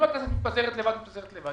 אם הכנסת מתפזרת לבד אז היא מתפזרת לבד.